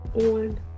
on